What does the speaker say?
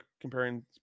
comparing